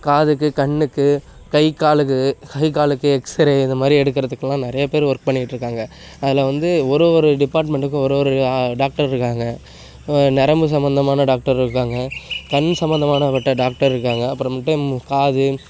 காதுக்கு கண்ணுக்கு கை காலுக்கு கை காலுக்கு எக்ஸரே இந்த மாதிரி எடுக்கறதுக்கெல்லாம் நிறைய பேர் ஒர்க் பண்ணிகிட்டு இருக்காங்க அதில் வந்து ஒரு ஒரு டிப்பார்ட்மெண்ட்டுக்கும் ஒரு ஒரு டாக்டர் இருக்காங்க இப்போ நரம்பு சம்மந்தமான டாக்டர் இருக்காங்க கண்ணு சம்மந்தமானப்பட்ட டாக்டர் இருக்காங்க அப்புறமேட்டு காது